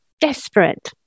desperate